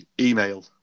email